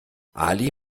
ali